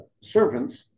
servants